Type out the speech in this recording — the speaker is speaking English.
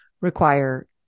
require